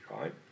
right